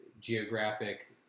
geographic